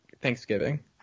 Thanksgiving